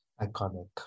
Iconic